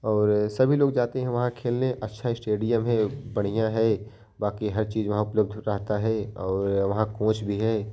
और सभी लोग जाते हैं वहाँ खेलने अच्छा स्टेडियम है बढ़िया हैं बाकी हर चीज़ वहाँ उपलब्ध रहता है और वहाँ कोच भी है